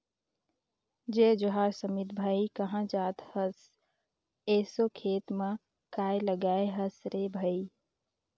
जय जोहार समीत भाई, काँहा जात अहस एसो खेत म काय लगाय हस रे भई?